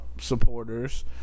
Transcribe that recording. supporters